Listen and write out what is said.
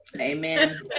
Amen